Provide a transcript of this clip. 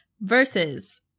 versus